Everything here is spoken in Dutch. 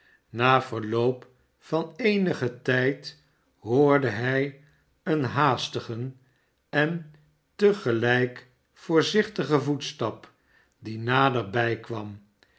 na verloop van eenigen tijd hoorde hij een haastigen en te gelijk voorzichtigen voetstap die naderbij kwam